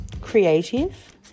creative